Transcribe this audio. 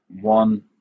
one